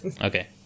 Okay